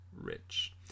rich